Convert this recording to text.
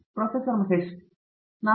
professor Mahesh V